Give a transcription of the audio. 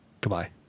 Goodbye